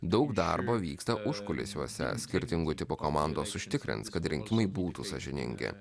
daug darbo vyksta užkulisiuose skirtingų tipų komandos užtikrins kad rinkimai būtų sąžiningi